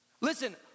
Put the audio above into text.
Listen